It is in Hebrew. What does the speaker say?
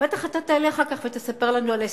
בטח אתה תעלה אחר כך ותספר לנו על ההישגים,